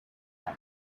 tent